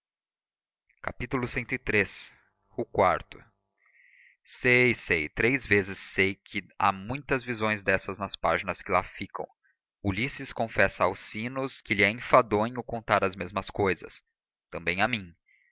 meia sombra ciii o quarto sei sei três vezes sei que há muitas visões dessas nas páginas que lá ficam ulisses confessa a alcínoos que lhe é enfadonho contar as mesmas cousas também a mim